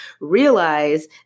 Realize